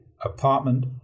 apartment